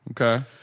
Okay